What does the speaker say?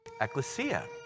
Ecclesia